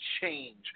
change